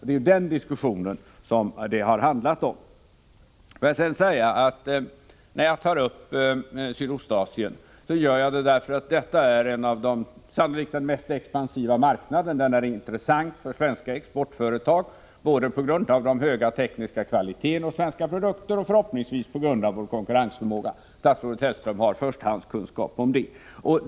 Det är det diskussionen har handlat om. När jag tar upp Sydostasien gör jag det därför att detta sannolikt är den mest expansiva marknaden. Den är intressant för svenska exportföretag både på grund av den höga tekniska kvaliteten hos svenska produkter och, förhoppningsvis, på grund av vår konkurrensförmåga. Statsrådet Hellström har förstahandskunskap om detta.